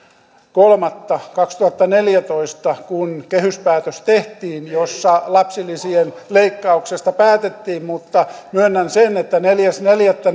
kolmatta kaksituhattaneljätoista kun tehtiin kehyspäätös jossa lapsilisien leikkauksesta päätettiin mutta myönnän sen että neljäs neljättä